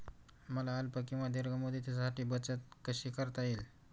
मला अल्प किंवा दीर्घ मुदतीसाठी बचत कशी करता येईल?